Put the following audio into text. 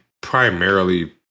primarily